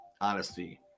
Honesty